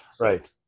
Right